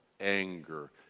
anger